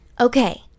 okay